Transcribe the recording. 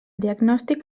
diagnòstic